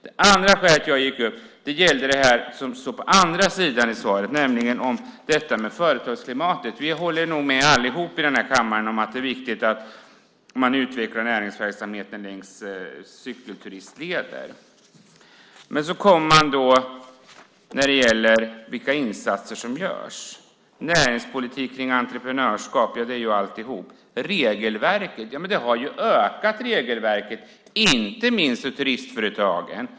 Det andra skälet till att jag gick upp är det som står på andra sidan i svaret om företagsklimatet. Vi håller alla här i kammaren med om att det är viktigt att utveckla näringsverksamheten längs cykelturistleder. Så står det i svaret att det görs satsningar inom näringspolitik kring entreprenörskap. Men det är ju alltihop! Och så regelverk - men ni har ökat regelverket inte minst för turistföretagen.